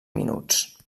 minuts